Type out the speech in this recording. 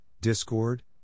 discord